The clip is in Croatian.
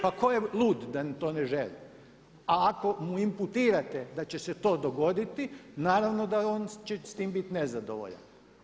Pa ko je lud da to ne želi, a ako mu imputirate da će se to dogoditi naravno da će on s tim bit nezadovoljan.